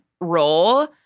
role